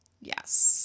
Yes